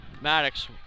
Maddox